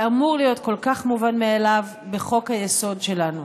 שאמור להיות כל כך מובן מאליו, בחוק-היסוד שלנו.